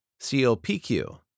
COPQ